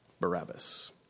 Barabbas